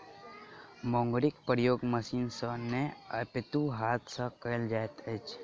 मुंगरीक प्रयोग मशीन सॅ नै अपितु हाथ सॅ कयल जाइत अछि